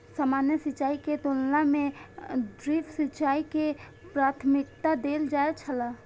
सामान्य सिंचाई के तुलना में ड्रिप सिंचाई के प्राथमिकता देल जाय छला